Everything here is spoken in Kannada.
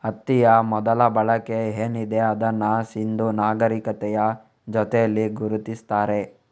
ಹತ್ತಿಯ ಮೊದಲ ಬಳಕೆ ಏನಿದೆ ಅದನ್ನ ಸಿಂಧೂ ನಾಗರೀಕತೆಯ ಜೊತೇಲಿ ಗುರುತಿಸ್ತಾರೆ